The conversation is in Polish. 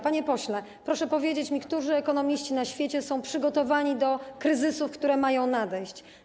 Panie pośle, proszę mi powiedzieć, którzy ekonomiści na świecie są przygotowani do kryzysów, które mają nadejść.